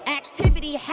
activity